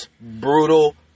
brutal